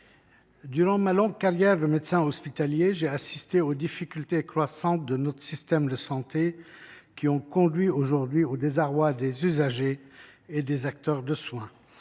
Durant ma longue carrière de médecin hospitalier, j’ai vu émerger les difficultés croissantes de notre système de santé, qui provoquent aujourd’hui le désarroi des usagers et des acteurs de soins.